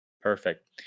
Perfect